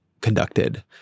conducted